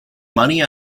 money